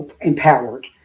Empowered